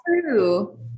true